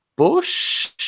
Bush